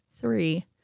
three